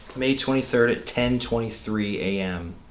may twenty third at ten twenty three am